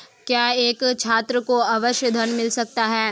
क्या एक छात्र को आवास ऋण मिल सकता है?